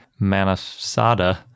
Manasada